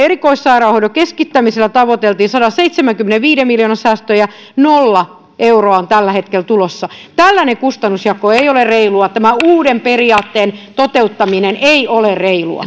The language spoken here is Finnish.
erikoissairaanhoidon keskittämisellä tavoiteltiin sadanseitsemänkymmenenviiden miljoonan säästöjä nolla euroa on tällä hetkellä tulossa tällainen kustannusjako ei ole reilua tämä uuden periaatteen toteuttaminen ei ole reilua